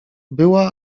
była